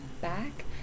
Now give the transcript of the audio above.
back